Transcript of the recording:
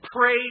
pray